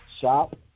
Shop